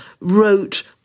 wrote